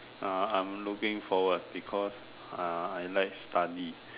uh I'm looking forward because uh I like study